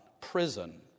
prison